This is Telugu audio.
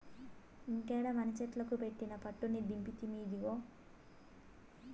ఇంకేడ మనసెట్లుకు పెట్టిన పట్టుని దింపితిమి, ఇదిగో